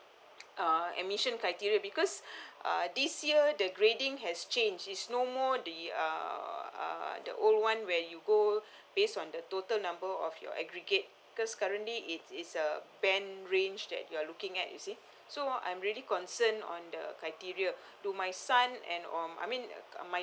uh admission criteria because uh this year the grading has changed is no more the uh uh the old [one] where you go based on the total number of your aggregate cause currently it's it's uh band range that you're looking at you see so I'm really concerned on the criteria to my son and um I mean my